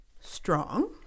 strong